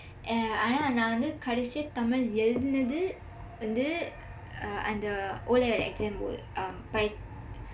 yah ஆனா நான் வந்து கடைசியா தமிழ் எழுதுனது வந்து அந்த:aanaa naan vandthu kadaisiyaa thamizh ezhuthunathu vandthu andtha uh O-level exam uh um